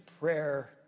prayer